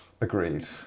Agreed